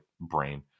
brain